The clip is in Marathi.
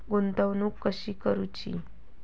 गुंतवणूक कशी करूची?